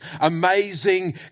amazing